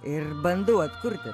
ir bandau atkurti